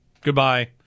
goodbye